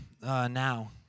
now